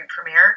premiere